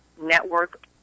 network